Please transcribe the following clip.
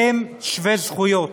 הם שווי זכויות.